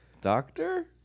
doctor